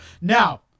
Now